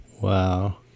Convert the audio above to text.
Wow